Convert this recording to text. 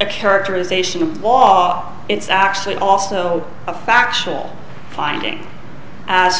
a characterization of law it's actually also a factual finding as